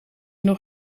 nog